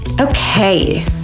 Okay